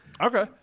Okay